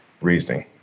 reasoning